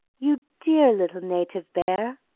you dear little native bear!